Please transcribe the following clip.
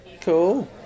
cool